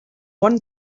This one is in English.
one